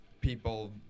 people